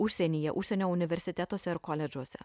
užsienyje užsienio universitetuose ar koledžuose